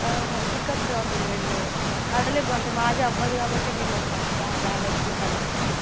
pickup dropping రెండు available మాది అవ్వదు కాబట్టి మిమ్మల్ని కన్సల్ట్ ట్రావెలర్స్ని కన్సల్ట్ అయ్యాం